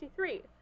1963